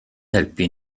helpu